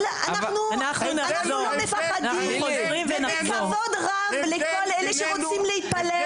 אבל אנחנו לא מפחדים ועם כבוד רב לכל מי שרוצה להתפלל,